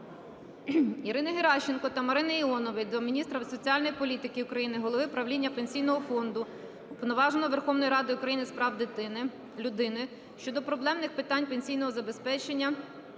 Ірини Геращенко та Марії Іонової до міністра соціальної політики України, голови правління Пенсійного фонду, Уповноваженого Верховної Ради України з прав дитини… людини щодо проблемних питань пенсійного забезпечення